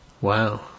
Wow